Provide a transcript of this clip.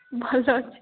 ଭଲ ଅଛି